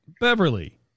Beverly